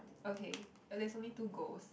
okay there's only two goes